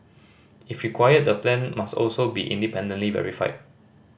if required the plan must also be independently verified